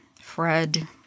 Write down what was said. Fred